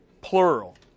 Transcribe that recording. plural